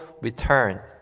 return